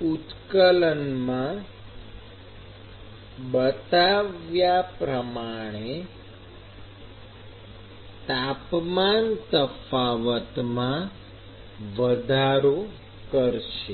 વક્રમાં બતાવ્યા પ્રમાણે તાપમાન તફાવતમાં વધારો કરશે